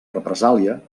represàlia